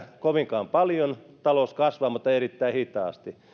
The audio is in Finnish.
kovinkaan paljon talous kasvaa mutta erittäin hitaasti